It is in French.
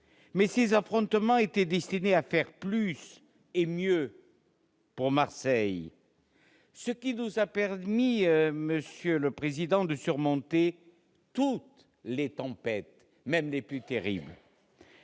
Mais ces affrontements étaient destinés à faire plus et mieux pour Marseille, ce qui nous a permis, monsieur le président, de surmonter toutes les tempêtes, même les plus terribles